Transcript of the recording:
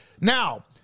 Now